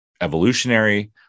evolutionary